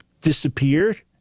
disappeared